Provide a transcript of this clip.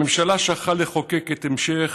הממשלה שכחה לחוקק את המשך